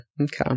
okay